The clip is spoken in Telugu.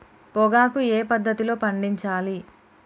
పొగాకు ఏ పద్ధతిలో పండించాలి?